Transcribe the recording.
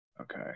okay